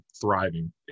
thriving